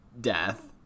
death